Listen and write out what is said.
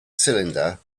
cylinder